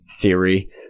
theory